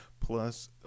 Plus